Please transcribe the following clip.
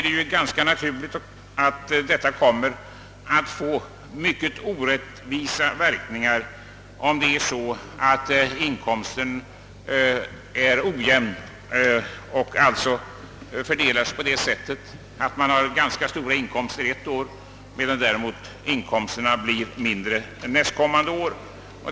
Det är ganska naturligt att det blir mycket orättvisa verkningar om inkomsterna är ojämna, om man alltså har ganska stora inkomster ett år medan inkomsterna blir mindre nästkommande år.